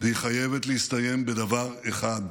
והיא חייבת להסתיים בדבר אחד,